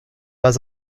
pas